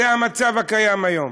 זה המצב הקיים היום,